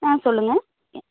ஆ சொல்லுங்கள்